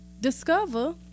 discover